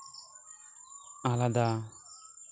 ᱟᱞᱟᱫᱟ